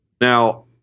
Now